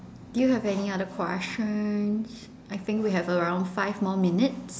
do you have any other questions I think we have around five more minutes